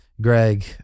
Greg